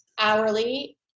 hourly